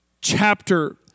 chapter